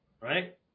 Right